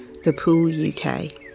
thepooluk